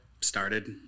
started